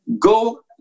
go